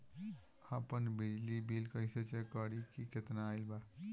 हम आपन बिजली बिल कइसे चेक करि की केतना आइल बा?